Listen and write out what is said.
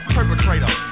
Perpetrator